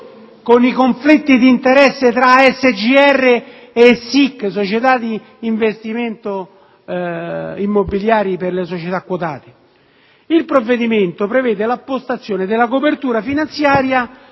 con i conflitti di interesse tra SGR e SIIQ, cioè società di investimento immobiliare quotate. Il provvedimento prevede l'appostazione della copertura finanziaria